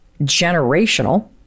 generational